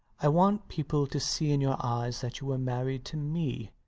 i want people to see in your eyes that you were married to me.